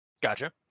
gotcha